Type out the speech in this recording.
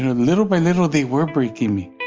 little by little, they were breaking me